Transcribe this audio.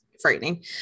frightening